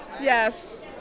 Yes